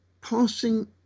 passing